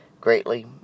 Greatly